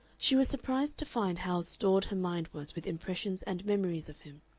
she was surprised to find how stored her mind was with impressions and memories of him,